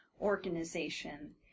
organization